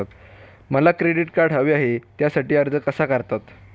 मला credit card हवे आहे त्यासाठी अर्ज कसा करतात?